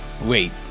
Wait